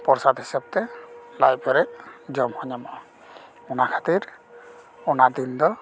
ᱯᱚᱨᱥᱟᱫᱽ ᱦᱤᱥᱟᱹᱵ ᱛᱮ ᱞᱟᱡ ᱯᱮᱨᱮᱡ ᱡᱚᱢ ᱦᱚᱸ ᱧᱟᱢᱚᱜᱼᱟ ᱚᱱᱟ ᱠᱷᱟ ᱛᱤᱨ ᱚᱱᱟ ᱫᱤᱱ ᱫᱚ